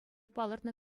палӑртнӑ